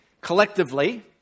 collectively